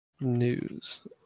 News